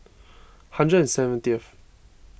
hundred and seventieth